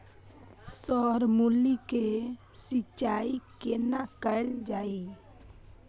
Sir मूली के सिंचाई केना कैल जाए?